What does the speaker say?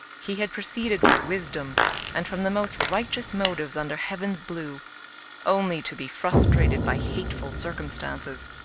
he had proceeded with wisdom and from the most righteous motives under heaven's blue only to be frustrated by hateful circumstances.